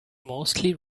mostly